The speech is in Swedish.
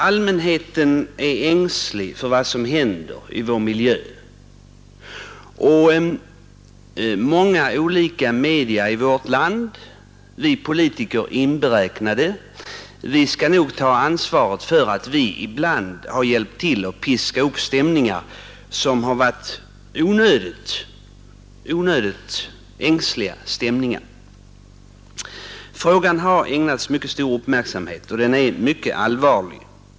Allmänheten är ängslig för vad som händer i vår miljö, och många olika media i vårt land — vi politiker inberäknade — borde nog ta ansvaret för att vi ibland hjälpt till att piska upp onödigt ängsliga stämningar. Frågan har ägnats mycket stor uppmärksamhet, och den är mycket allvarlig.